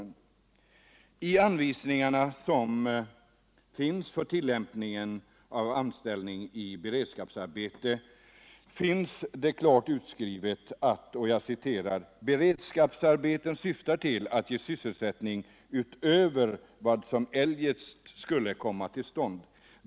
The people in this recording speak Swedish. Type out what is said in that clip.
I de anvisningar som finns för anställningar i beredskapsarbete står klart utskrivet: ”Beredskapsarbetena syftar till att ge sysselsättning utöver vad som eljest skulle komma till stånd.